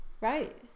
Right